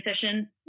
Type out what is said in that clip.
session